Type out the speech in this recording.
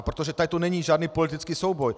Protože toto není žádný politický souboj.